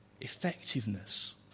Effectiveness